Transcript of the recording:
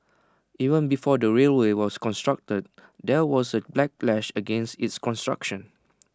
even before the railway was constructed there was A backlash against its construction